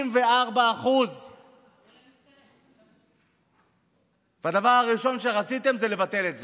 34%. והדבר הראשון שרציתם זה לבטל את זה,